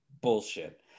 bullshit